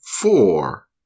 four